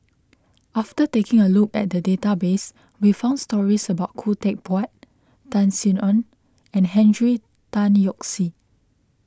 after taking a look at the database we found stories about Khoo Teck Puat Tan Sin Aun and Henry Tan Yoke See